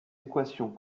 équations